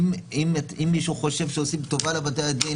אם מישהו חושב שעושים טובה לבתי הדין,